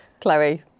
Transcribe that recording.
Chloe